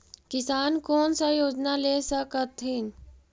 किसान कोन सा योजना ले स कथीन?